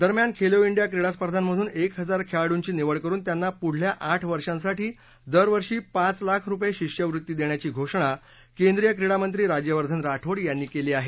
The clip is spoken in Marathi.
दरम्यान खेलो इंडिया क्रीडा स्पर्धांमधून एक हजार खेळाडूंची निवड करून त्यांना पुढल्या आठ वर्षांसाठी दरवर्षी पाच लाख रुपये शिष्यवृत्ती देण्याची घोषणा केंद्रीय क्रीडामंत्री राज्यवर्धन राठोड यांनी केली आहे